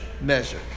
measure